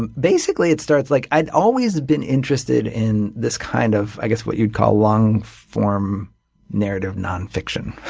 and basically it starts like i had always been interested in this kind of i guess what you would call long form narrative nonfiction.